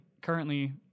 Currently